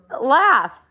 laugh